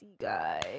guy